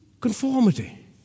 Conformity